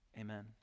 amen